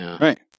Right